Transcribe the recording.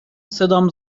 صدام